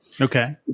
Okay